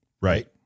Right